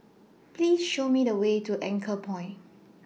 Please Show Me The Way to Anchorpoint